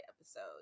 episode